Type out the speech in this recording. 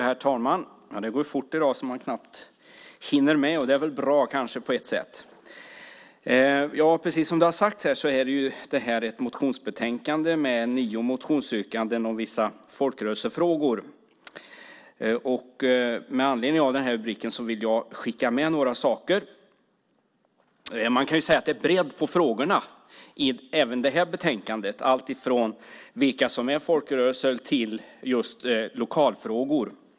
Herr talman! Precis som det har sagts är det här ett motionsbetänkande med nio motionsyrkanden om vissa folkrörelsefrågor. Med anledning av den rubriken vill jag skicka med några saker. Det är bredd på frågorna även i det här betänkandet. De handlar om alltifrån vilka som är folkrörelser till lokalfrågor.